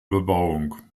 bebauung